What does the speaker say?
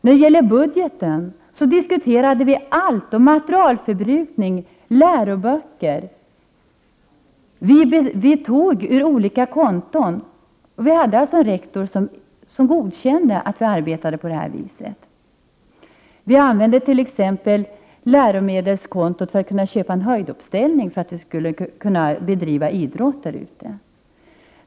När det gäller budgeten diskuterade vi allt, även materielförbrukning och läroböcker. Vi hade en rektor som godkände att vi t.ex. använde läromedelskontot för att köpa en höjdhoppsställning för att kunna bedriva idrott ute.